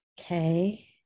Okay